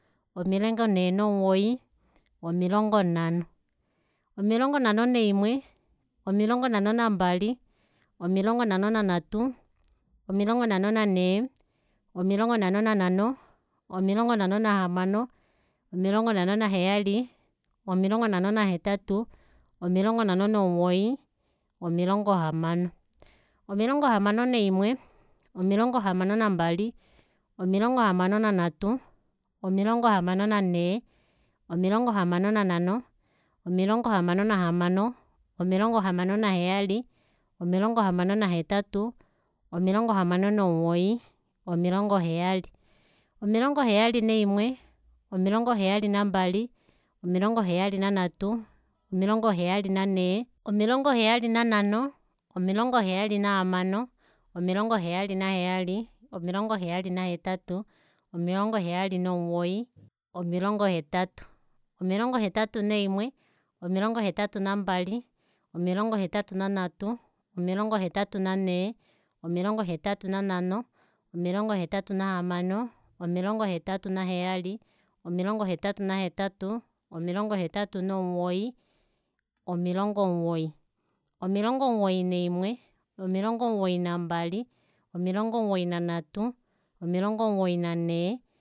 Omilongo nhee nomugoyi omilongo nhano omilongo nhano naimwe omilongo nhano mbali omilongo nhano nanhatu omilongo nhano nanhee omilongo nhano nanhano omilongo nhano nahamano omilongo nhano naheyali omilongo nhano nahetatu omilongo nhano nomugoyi omilongo hamano omilongo hamano omilongo hamano naimwe omilongo hamano nambali omilongo hamano nanhatu omilongo hamano nanhee omilongo hamano nanhano omilongo hamano nahamano omilongo hamano naheyali omilongo hamano nahetatu omilongo hamano nomugoyi omilongo heyali omilongo heyali naimwe omilongo heyali nambali omilongo heyali nanhatu omilongo heyali nanhee omilongo heyali nanhano omilongo heyali nahamano omilongo heyali heyali omilongo heyali nahetatu omilongo heyali nomugoyi omilongo hetatu omilongo hetatu naimwe omilongo hetatu nambali omilongo hetatu nanhatu omilongo hetatu nanhee omilongo hetatu nanhano omilongo hetatu nahamano omilongo hetatu heyali omilongo hetatu hetatu omilongo hetatu nomugoyi omilongo omugoyi omilongo omugoyi naimwe omilongo omugoyi nambali omilongo omugoyi nanhatu omilongo mugoyi nanhee